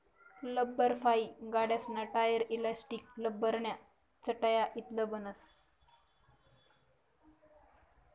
लब्बरफाइ गाड्यासना tyre, elastic, लब्बरन्या चटया इतलं बनस